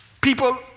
people